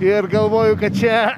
ir galvoju kad čia